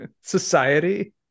society